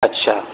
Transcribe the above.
اچھا